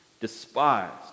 despised